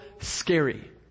scary